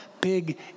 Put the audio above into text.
big